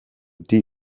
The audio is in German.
die